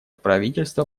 правительство